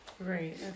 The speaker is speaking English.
Right